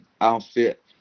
outfit